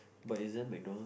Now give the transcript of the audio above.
but isn't MacDonald